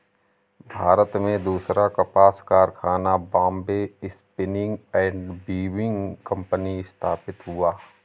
भारत में दूसरा कपास कारखाना Bombay spinning and weaving company स्थापित हुआ